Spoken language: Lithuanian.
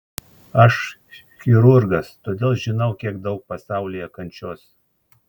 aš chirurgas todėl žinau kiek daug pasaulyje kančios